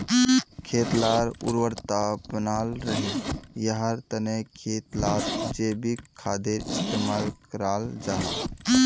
खेत लार उर्वरता बनाल रहे, याहार तने खेत लात जैविक खादेर इस्तेमाल कराल जाहा